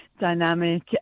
dynamic